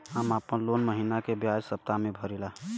हम आपन लोन महिना के बजाय सप्ताह में भरीला